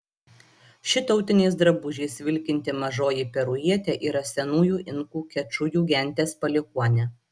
ši tautiniais drabužiais vilkinti mažoji perujietė yra senųjų inkų kečujų genties palikuonė